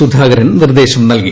സുധാകരൻ നിർദ്ദേശം നൽകി